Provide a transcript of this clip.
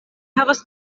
havas